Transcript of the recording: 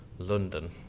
london